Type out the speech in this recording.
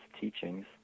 teachings